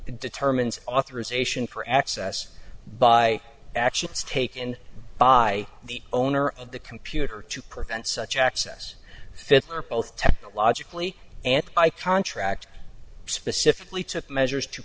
determines authorization for access by actions taken by the owner of the computer to prevent such access fit or both technologically and i contract specifically took measures to